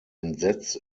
entsetzt